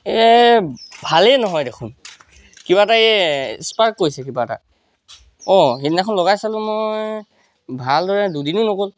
এই ভালে নহয় দেখোন কিবা এটা স্পাৰ্ক কৰিছে কিবা এটা অ' সেইদিনাখন লগাই চালো মই ভালদৰে দুদিনো নগ'ল